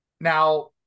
Now